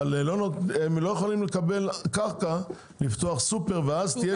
אבל הם לא יכולים לקבל קרקע לפתוח סופר ואז תהיה שם תחרות.